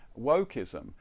wokeism